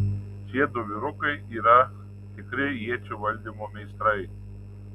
šiedu vyrukai yra tikri iečių valdymo meistrai